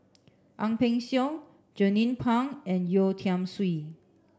Ang Peng Siong Jernnine Pang and Yeo Tiam Siew